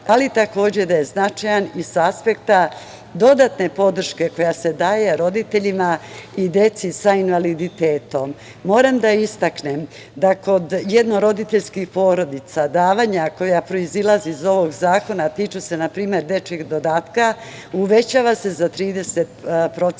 ali takođe da je značajan i sa aspekta dodatne podrške koja se daje roditeljima i deci sa invaliditetom. Kod jednoroditeljskih porodica davanja koja proizilaze iz ovog zakona a tiču se, na primer, dečijeg dodatka, uvećava se za 30%,